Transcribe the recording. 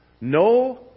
no